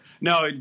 no